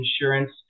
insurance